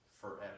forever